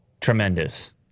tremendous